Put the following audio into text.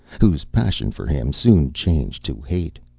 whose passion for him soon changed to hate.